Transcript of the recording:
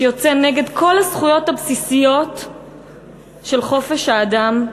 שיוצא נגד כל הזכויות הבסיסיות של חופש האדם,